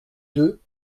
deux